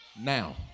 now